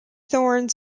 thorns